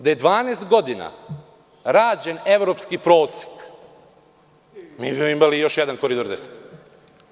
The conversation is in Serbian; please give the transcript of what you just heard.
Da je 12 godina rađen evropski prosek mi bi imali još jedan Koridor 10.